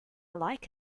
like